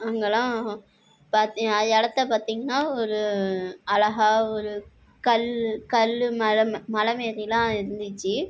அங்கெல்லாம் பார்த்தீங்கன்னா இடத்த பார்த்தீங்கன்னா ஒரு அழகாக ஒரு கல் கல்லு மரம் மலை மாரிலாம் இருந்துச்சி